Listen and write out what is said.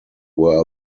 were